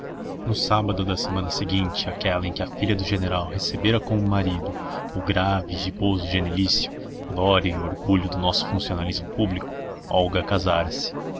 no sábado da semana seguinte àquela em que a filha do general recebera como marido o grave e giboso genelício glória e orgulho do nosso funcionalismo público olga casara-se